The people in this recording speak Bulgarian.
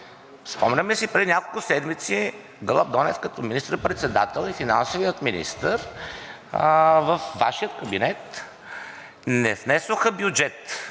Спомняме си, преди няколко седмици Гълъб Донев, като министър-председател, и финансовият министър във Вашия кабинет не внесоха бюджет,